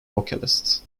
vocalist